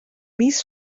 mis